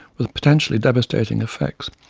with potentially devastating effects,